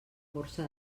borsa